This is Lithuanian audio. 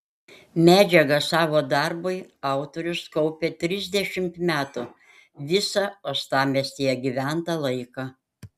medžiagą savo darbui autorius kaupė trisdešimt metų visą uostamiestyje gyventą laiką